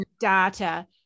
data